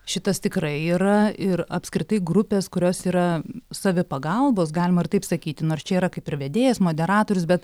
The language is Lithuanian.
šitas tikrai yra ir apskritai grupės kurios yra savipagalbos galima ir taip sakyti nors čia yra kaip ir vedėjas moderatorius bet